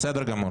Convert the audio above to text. בסדר גמור.